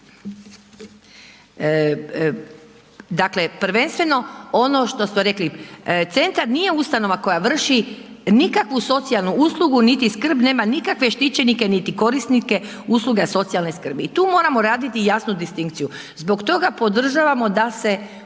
dakle prvenstveno ono što su rekli. Centar nije ustanova koja vrši nikakvu socijalnu uslugu, niti skrb nema nikakve štićenike, niti korisnike usluga socijalne skrbi. I tu moramo raditi jasnu distinkciju. Zbog toga podržavamo da se uključe